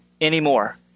anymore